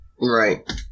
Right